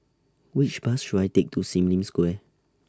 Which Bus should I Take to SIM Lim Square